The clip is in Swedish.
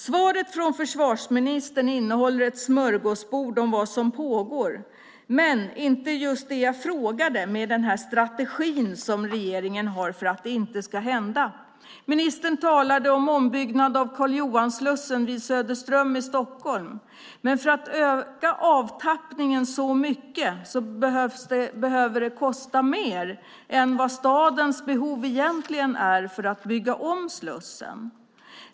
Svaret från försvarsministern innehåller ett smörgåsbord om vad som pågår men inte just det jag frågade, den strategi som regeringen har för att det inte ska hända. Ministern talade om ombyggnad av Karl Johan-slussen vid Söderström i Stockholm. Men för att öka avtappningen så mycket behöver det kosta mer än vad som egentligen är stadens behov för att bygga om Slussen.